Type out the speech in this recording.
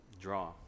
draw